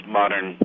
modern